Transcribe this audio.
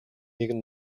нэгэн